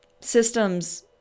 systems